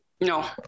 No